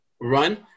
run